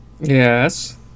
yes